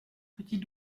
petit